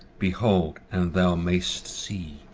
behold, and thou mayst see.